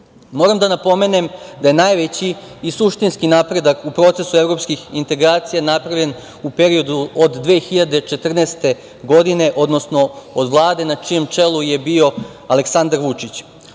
EU.Moram da napomenem da je najveći i suštinski napredak u procesu evropskih integracija napravljen u periodu od 2014. godine, odnosno od Vlade na čijem čelu je bio Aleksandar Vučić.